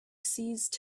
ceased